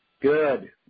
Good